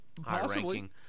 High-ranking